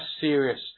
serious